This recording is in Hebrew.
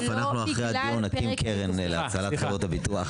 אנחנו אחרי הדיון נקים קרן להצלת חברות הביטוח.